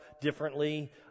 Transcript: differently